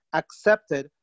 accepted